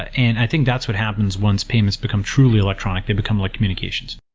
and i think that's what happens once payments become truly electronic. they become like communications.